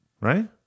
Right